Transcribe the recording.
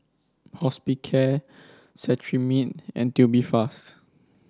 Hospicare Cetrimide and Tubifast